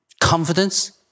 confidence